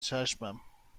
چشمم